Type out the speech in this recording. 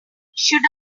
should